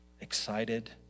excited